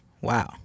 Wow